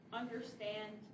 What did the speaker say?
understand